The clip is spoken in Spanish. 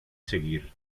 seguir